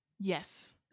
Yes